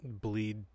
bleed